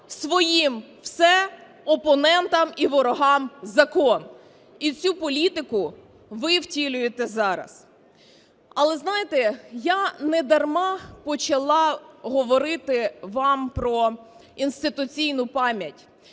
своїм – все, опонентам і ворогам – закон. І цю політику ви втілюєте зараз. Але, знаєте, я недарма почала говорити вам про інституційну пам'ять.